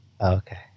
Okay